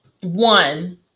One